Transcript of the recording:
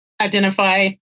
identify